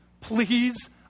Please